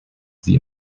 sie